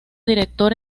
director